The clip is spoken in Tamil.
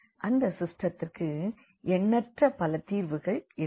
அந்த சிஸ்டத்துக்கு எண்ணற்ற பல தீர்வுகள் இருக்கும்